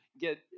get